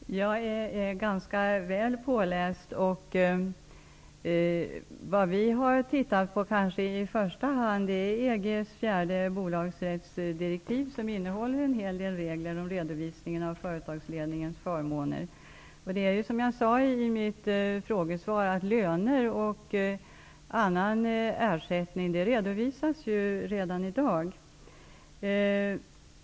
Herr talman! Jag är ganska väl påläst. Vad vi i första hand har studerat är EG:s fjärde bolagsrättsdirektiv, som innehåller en hel del regler om redovisningen av företagsledningens förmåner. Precis som jag emellertid sade i mitt svar redovisas löner och annan ersättning redan i dag.